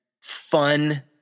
fun